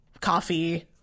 coffee